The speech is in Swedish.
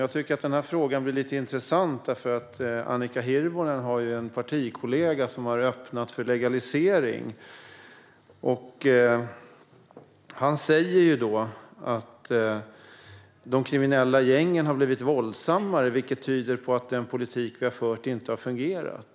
Jag tycker att den här frågan blir lite intressant, för Annika Hirvonen Falk har ju en partikollega som har öppnat för legalisering. Han säger att de kriminella gängen har blivit våldsammare, vilket tyder på att den politik som vi har fört inte har fungerat.